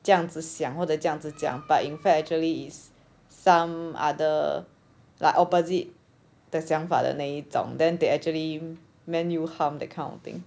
这样子想或者这样子讲 but in fact actually is some other like opposite 的想法的那一种 then they actually meant you harm that kind of thing